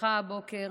שנרצחה הבוקר